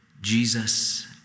Jesus